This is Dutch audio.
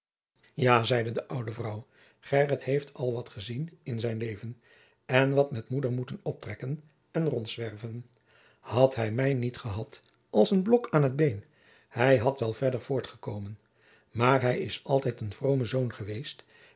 jaô zeide de oude vrouw gheryt heeft al wat ezien in zijn leven en wat met moeder moeten optrekken en rondzwerven had hum mij niet ehad als een blok aan t been hum had wel verder voort komen maôr hij is altijd een vroome zoon eweest